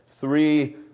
three